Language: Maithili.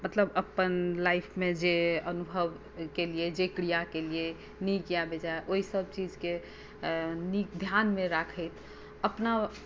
मतलब अपन लाइफमे जे अनुभव केलियै जे क्रिया केलियै नीक या बेजाए ओहिसभ चीजके नीक ध्यानमे राखैत अपना